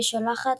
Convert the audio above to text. ושולחת